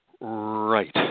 Right